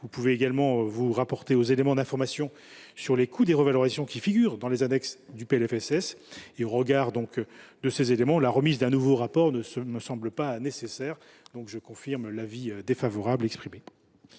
Vous pouvez également vous rapporter aux éléments d’information sur les coûts des revalorisations qui figurent dans les annexes du PLFSS. Au regard de ces éléments, la remise d’un nouveau rapport ne me semble pas nécessaire. Avis défavorable.